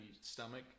stomach